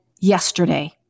yesterday